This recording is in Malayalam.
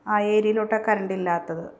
ആ ഏരിയയിലോട്ടാ കരണ്ടില്ലാത്തത്